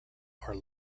are